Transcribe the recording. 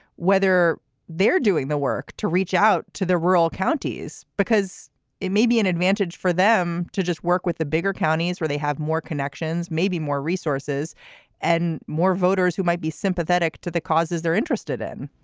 whether they're doing the work to reach out to the rural counties, because it may be an advantage for them to just work with the bigger counties where they have more connections maybe more resources and more voters who might be sympathetic to the causes they're interested in